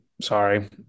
sorry